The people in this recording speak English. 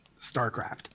starcraft